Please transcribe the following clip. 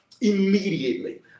immediately